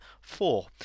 four